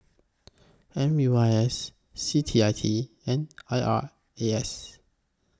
M U I S C T I T and I R A S